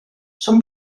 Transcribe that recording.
són